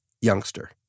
Youngster